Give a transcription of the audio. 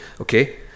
okay